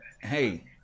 hey